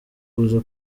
kuza